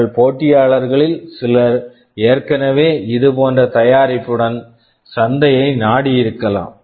உங்கள் போட்டியாளர்களில் சிலர் ஏற்கனவே இதேபோன்ற தயாரிப்புடன் சந்தையைத் நாடியிருக்கலாம்